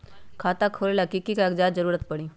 खाता खोले ला कि कि कागजात के जरूरत परी?